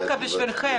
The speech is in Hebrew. בטענות.